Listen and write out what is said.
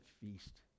feast